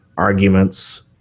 arguments